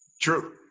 True